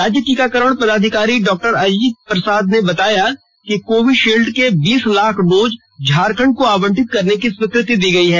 राज्य टीकाकरण पदाधिकारी डॉ अजित प्रसाद ने बताया कि कोविशील्ड के बीस लाख डोज झारखंड को आवंटित करने की स्वीकृति दी गई है